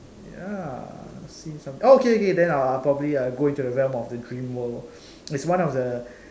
ya seen something oh okay K then I I uh probably dream go into the realm of the dream world its one of the